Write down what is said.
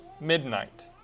midnight